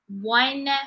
one